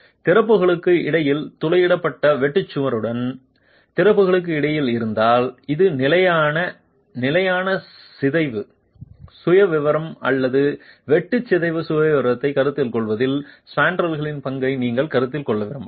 திறப்புகளுக்கு இடையில் துளையிடப்பட்ட வெட்டு சுவருடன் திறப்புகளுக்கு இடையில் இருந்தால் ஒரு நிலையான நிலையான சிதைவு சுயவிவரம் அல்லது வெட்டு சிதைவு சுயவிவரத்தைக் கருத்தில் கொள்வதில் ஸ்பான்ட்ரலின் பங்கை நீங்கள் கருத்தில் கொள்ள விரும்பலாம்